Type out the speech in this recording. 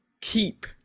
keep